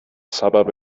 سبب